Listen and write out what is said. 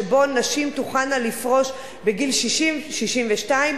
שבו נשים תוכלנה לפרוש בגיל 60 62,